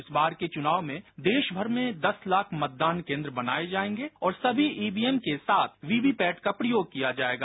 इस बार के चुनाव में देशभर में दस लाख मतदान केंद्र बनाए जाएंगे और सभी ईवीएम के साथ वीवीपैट का प्रयोग किया जाएगा